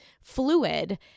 fluid